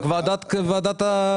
רק שוועדת ההסכמות,